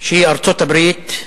שהיא ארצות-הברית,